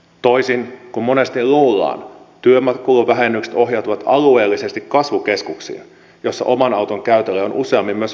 toisin kuin monesti luullaan työmatkakuluvähennykset ohjautuvat alueellisesti kasvukeskuksiin jossa oman auton käytölle on useammin myös vaihtoehtoja tarjolla